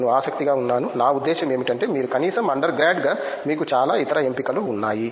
నేను ఆసక్తిగా ఉన్నాను నా ఉద్దేశ్యం ఏమిటంటే మీరు కనీసం అండర్ గ్రాడ్ గా మీకు చాలా ఇతర ఎంపికలు ఉన్నాయి